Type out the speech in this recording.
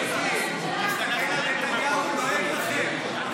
ביבי נתניהו לועג לכם בשידור חי.